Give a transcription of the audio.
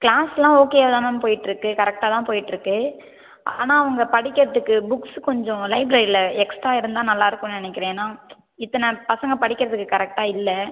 க்ளாஸ்ஸெலாம் ஓகேவாக தான் மேம் போய்கிட்ருக்கு கரெக்டாக தான் போய்கிட்ருக்கு ஆனால் அவங்க படிக்கிறதுக்கு புக்ஸ் கொஞ்சம் லைப்ரரியில் எக்ஸ்ட்டா இருந்தால் நல்லா இருக்கும்னு நினைக்கிறேன் ஏன்னால் இத்தனை பசங்கள் படிக்கிறதுக்கு கரெக்டாக இல்லை